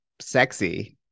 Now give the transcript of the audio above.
sexy